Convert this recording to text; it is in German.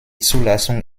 zulassung